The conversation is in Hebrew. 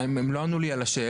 אבל הם לא ענו לי על השאלה.